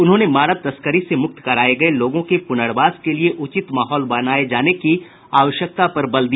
उन्होंने मानव तस्करी से मुक्त कराये गये लोगों के पुनर्वास के लिये उचित माहौल बनाये जाने की आवश्यकता पर बल दिया